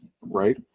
right